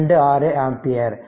26 ampere